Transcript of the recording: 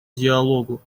диалогу